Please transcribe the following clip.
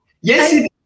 yes